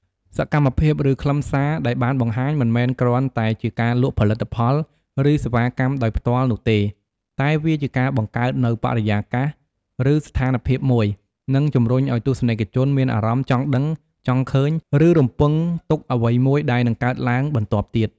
សកម្មភាព ឬខ្លឹមសារដែលបានបង្ហាញ មិនមែនគ្រាន់តែជាការលក់ផលិតផល ឬសេវាកម្មដោយផ្ទាល់នោះទេ តែវាជាការបង្កើតនូវបរិយាកាស ឬស្ថានភាពមួយ និងជំរុញឱ្យទស្សនិកជនមានអារម្មណ៍ចង់ដឹង ចង់ឃើញ ឬរំពឹងទុកអ្វីមួយដែលនឹងកើតឡើងបន្ទាប់ទៀត។